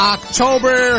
October